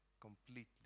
completely